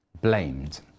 blamed